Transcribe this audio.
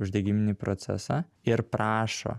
uždegiminį procesą ir prašo